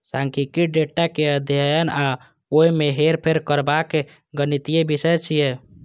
सांख्यिकी डेटा के अध्ययन आ ओय मे हेरफेर करबाक गणितीय विषय छियै